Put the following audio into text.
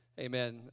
Amen